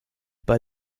bei